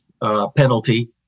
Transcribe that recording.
Penalty